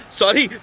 sorry